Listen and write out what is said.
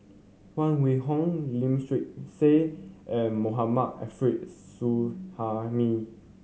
Huang Wenhong Lim Swee Say and Mohammad Arif Suhaimi